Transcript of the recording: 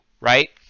right